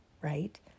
right